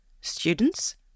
students